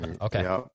Okay